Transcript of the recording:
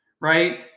right